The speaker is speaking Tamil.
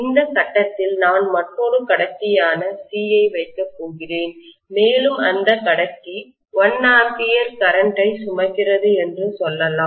இந்த கட்டத்தில் நான் மற்றொரு கடத்தியான C ஐ வைக்கப் போகிறேன் மேலும் அந்த கடத்தி 1 A கரண்ட்டைமின்னோட்டத்தை சுமக்கிறது என்று சொல்லலாம்